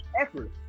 effort